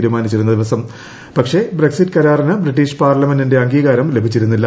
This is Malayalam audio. തീരുമാനിച്ചിരിക്കുന്ന ദിവസം പക്ഷേ ബ്രക്സിറ്റ് കരാറിന് ബ്രിട്ടീഷ് പാർലമെന്റിന്റെ അംഗീകാരം ലഭിച്ചിരുന്നില്ല